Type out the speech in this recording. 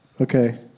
Okay